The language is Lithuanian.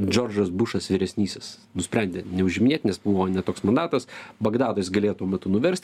džordžas bušas vyresnysis nusprendė neužiminėt nes buvo ne toks mandatas bagdadas galėjo tuo metu nuverst